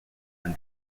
been